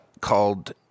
called